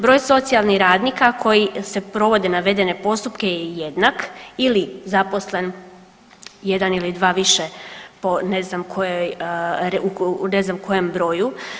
Broj socijalnih radnika koji provode navedene postupke je jednak ili zaposlen jedan ili dva više po ne znam kojoj, ne znam u kojem broju.